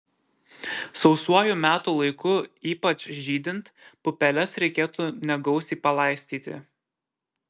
sausuoju metų laiku ypač žydint pupeles reikėtų negausiai palaistyti